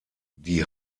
die